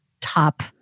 top